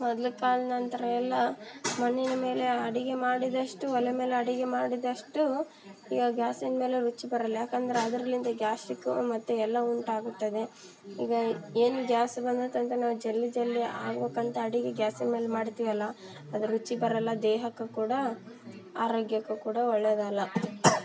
ಮೊದ್ಲು ಕಾಲ್ದ ನಂತರ ಎಲ್ಲ ಮಣ್ಣಿನ ಮೇಲೆ ಅಡಿಗೆ ಮಾಡಿದಷ್ಟು ಒಲೆ ಮೇಲೆ ಅಡಿಗೆ ಮಾಡಿದಷ್ಟು ಈಗ ಗ್ಯಾಸಿನ ಮೇಲೆ ರುಚಿ ಬರೋಲ್ಲ ಯಾಕಂದ್ರೆ ಅದ್ರಿಂದ ಗ್ಯಾಸ್ಟಿಕ್ ಮತ್ತು ಎಲ್ಲ ಉಂಟಾಗುತ್ತದೆ ಈಗ ಏನು ಗ್ಯಾಸ್ ಬಂದತಂತ ನಾವು ಜಲ್ದಿ ಜಲ್ದಿ ಆಗ್ಬೇಕಂತ ಅಡಿಗೆ ಗ್ಯಾಸಿನ ಮೇಲೆ ಮಾಡ್ತೀವಲ್ಲ ಅದು ರುಚಿ ಬರೋಲ್ಲ ದೇಹಕ್ಕು ಕೂಡ ಆರೋಗ್ಯಕ್ಕು ಕೂಡ ಒಳ್ಳೇದಲ್ಲ